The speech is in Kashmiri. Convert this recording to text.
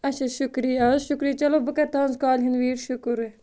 اَچھا شُکرِیا حظ شُکرِیا چَلو بہٕ کَرٕ تُہٕنٛزِ کالہِ ہُنٛد ویٹ شُکُر